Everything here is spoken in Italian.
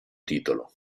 titolo